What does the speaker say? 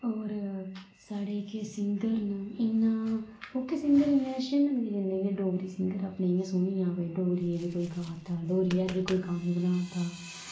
होर साढ़े इक एह् सिंगर न इन्ना ओह्के सिंगर इन्ने अच्छे नी लगदे जिन्ने इयां डोगरी सिंगर अपने इयां सौह्ने आ भाई डोगरी बी कोई गा दा डोगररिया पर बी कोई गाने बना दा